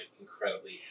incredibly